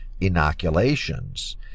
inoculations